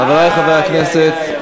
חברי חברי הכנסת,